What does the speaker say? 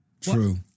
True